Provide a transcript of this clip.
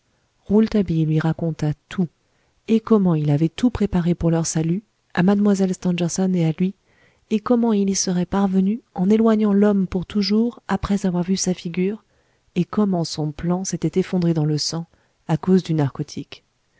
rouletabille lui raconta tout et comment il avait tout préparé pour leur salut à mlle stangerson et à lui et comment il y serait parvenu en éloignant l'homme pour toujours après avoir vu sa figure et comment son plan s'était effondré dans le sang à cause du narcotique